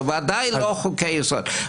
בוודאי לא חוקי יסוד.